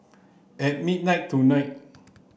at midnight tonight